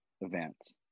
events